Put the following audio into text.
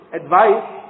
advice